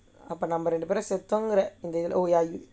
இப்பே நம்ம இரண்டு பேரும்:ippae namma irandu perum